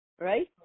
Right